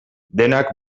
denak